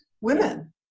women